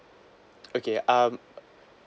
okay um